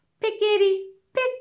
pickety-pick